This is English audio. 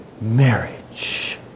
marriage